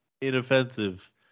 inoffensive